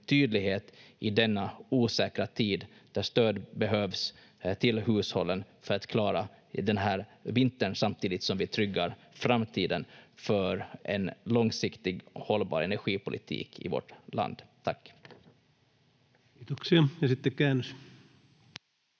tydlighet i denna osäkra tid där stöd till hushållen behövs för att klara den här vintern, samtidigt som vi tryggar framtiden för en långsiktig och hållbar energipolitik i vårt land. — Tack. [Tulkki esittää